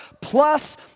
plus